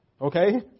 Okay